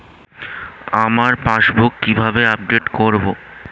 আমার পাসবুক কিভাবে আপডেট করবো?